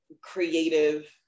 creative